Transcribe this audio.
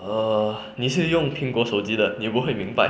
err 你是用苹果手机的你不会明白